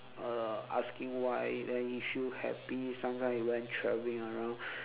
uh asking why then he feel happy sometimes he went traveling around